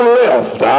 left